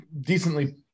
decently